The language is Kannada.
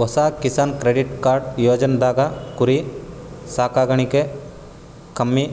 ಹೊಸ ಕಿಸಾನ್ ಕ್ರೆಡಿಟ್ ಕಾರ್ಡ್ ಯೋಜನೆದಾಗ್ ಕುರಿ ಸಾಕಾಣಿಕೆಗ್ ಕಮ್ಮಿ